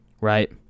right